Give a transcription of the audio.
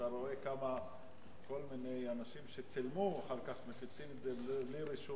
אתה רואה כמה כל מיני אנשים שצילמו אחר כך מפיצים את זה בלי רשות